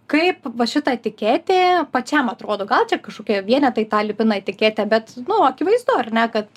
kaip va šita etiketė pačiam atrodo gal čia kažkokie vienetai tą lipina etiketę bet nu akivaizdu ar ne kad